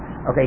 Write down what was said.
Okay